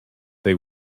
they